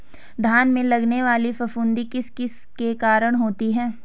धान में लगने वाली फफूंदी किस किस के कारण होती है?